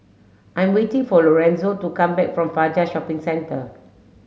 I'm waiting for Lorenzo to come back from Fajar Shopping Centre